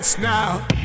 now